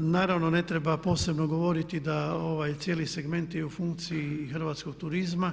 Naravno ne treba posebno govoriti da ovaj cijeli segment je u funkciji Hrvatskog turizma